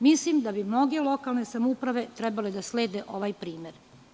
Mislim da bi mnoge lokalne samouprave trebale da slede ovaj primer.